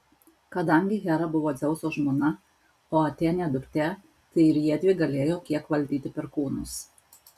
kadangi hera buvo dzeuso žmona o atėnė duktė tai ir jiedvi galėjo kiek valdyti perkūnus